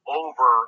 over